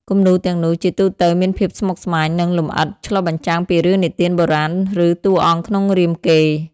គំនូរទាំងនោះជាទូទៅមានភាពស្មុគស្មាញនិងលម្អិតឆ្លុះបញ្ចាំងពីរឿងនិទានបុរាណឬតួអង្គក្នុងរាមកេរ្តិ៍។